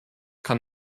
kann